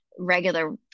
regular